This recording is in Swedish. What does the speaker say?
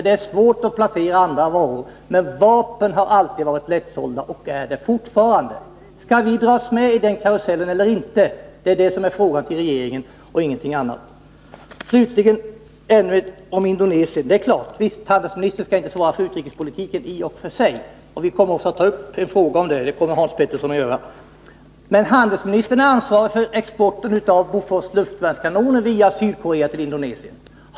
Det är svårt att placera andra varor, men vapen har alltid varit lättsålda och är det fortfarande. Skall vi dras med i den karusellen eller inte? Det är det som är frågan till regeringen och ingenting annat. Slutligen ytterligare några ord om Indonesien. Handelsministern har i och för sig inte att svara för utrikespolitiken, och Hans Petersson i Hallstahammar kommer också att ställa en fråga till utrikesministern om detta. Men handelsministern har ansvaret för exporten av Bofors luftvärnskanoner via Sydkorea till Indonesien.